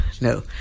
no